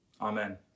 Amen